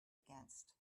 against